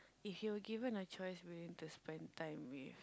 if you were given a choice willing to spend time with